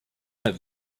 let